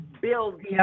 build